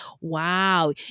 Wow